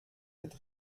mit